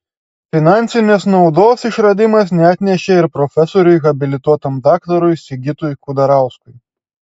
finansinės naudos išradimas neatnešė ir profesoriui habilituotam daktarui sigitui kudarauskui